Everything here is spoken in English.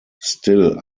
still